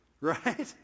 Right